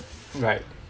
right